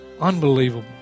Unbelievable